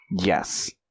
yes